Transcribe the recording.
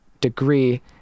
degree